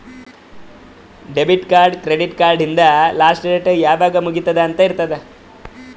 debit, credit card ಹಿಂದ್ last date ಯಾವಾಗ್ ಮುಗಿತ್ತುದ್ ಅಂತ್ ಇರ್ತುದ್